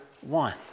one